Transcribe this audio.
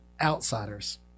outsiders